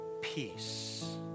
peace